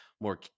more